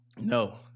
No